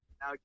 Now